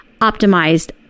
optimized